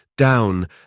down